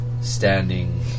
standing